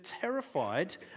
terrified